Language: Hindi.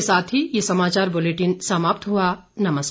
इसी के साथ ये समाचार बुलेटिन समाप्त हुआ नमस्कार